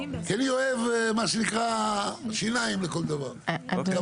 אני אוהב, מה שנקרא, שיניים, לכל דבר, כמה שאפשר.